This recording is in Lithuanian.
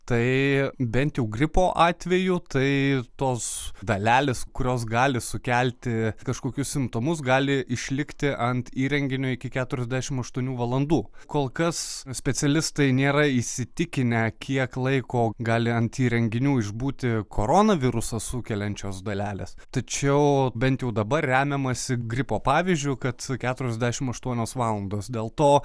tai bent jau gripo atveju tai tos dalelės kurios gali sukelti kažkokius simptomus gali išlikti ant įrenginio iki keturiasdešimt aštuonių valandų kol kas specialistai nėra įsitikinę kiek laiko gali ant įrenginių išbūti korona virusą sukeliančios dalelės tačiau bent jau dabar remiamasi gripo pavyzdžiu kad su keturiasdešimt aštuonios valandos dėl to